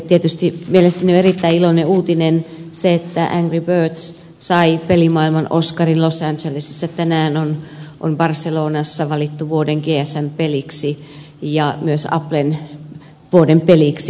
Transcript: tietysti mielestäni on erittäin iloinen uutinen se että angry birds sai pelimaailman oscarin los angelesissa tänään se on barcelonassa valittu vuoden gsm peliksi ja myös applen vuoden peliksi